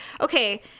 Okay